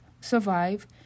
survive